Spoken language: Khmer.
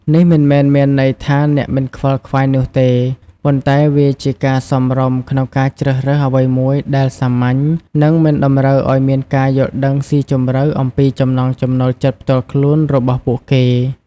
នេះមិនមែនមានន័យថាអ្នកមិនខ្វល់ខ្វាយនោះទេ ប៉ុន្តែវាជាការសមរម្យក្នុងការជ្រើសរើសអ្វីមួយដែលសាមញ្ញ និងមិនតម្រូវឱ្យមានការយល់ដឹងស៊ីជម្រៅអំពីចំណង់ចំណូលចិត្តផ្ទាល់ខ្លួនរបស់ពួកគេ។